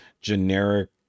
generic